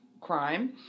crime